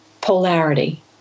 polarity